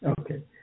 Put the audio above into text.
Okay